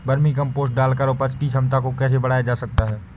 Vermi compost डालकर उपज की क्षमता को कैसे बढ़ाया जा सकता है?